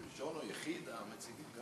ראשון המציגים,